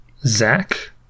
zach